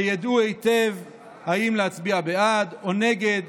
שידעו היטב אם להצביע בעד או נגד.